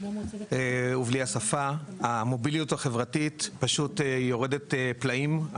ובלי השפה המוביליות החברתית פשוט יורדת פלאים.